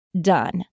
done